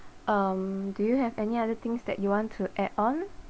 um do you have any other things that you want to add on